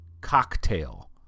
cocktail